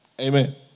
Amen